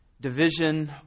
division